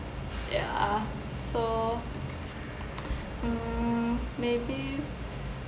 ya so mm may be